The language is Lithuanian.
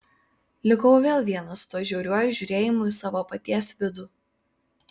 likau vėl vienas su tuo žiauriuoju žiūrėjimu į savo paties vidų